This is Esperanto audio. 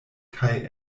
kaj